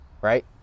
right